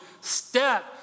step